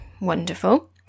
wonderful